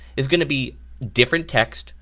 is gonna be different text,